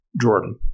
Jordan